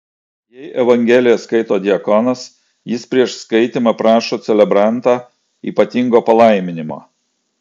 jei evangeliją skaito diakonas jis prieš skaitymą prašo celebrantą ypatingo palaiminimo